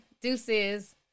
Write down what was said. Deuces